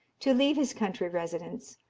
to leave his country residence,